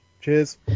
Cheers